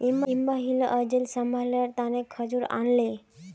इब्राहिम अयेज सभारो तने खजूर आनले